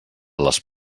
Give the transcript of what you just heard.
les